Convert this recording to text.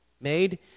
made